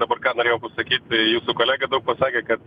dabar ką norėjau pasakyt jūsų kolega pasakė kad